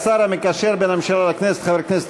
השר המקשר בין הממשלה לכנסת חבר הכנסת